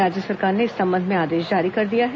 राज्य सरकार ने इस संबंध में आदेश जारी कर दिया है